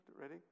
ready